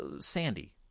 sandy